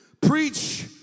preach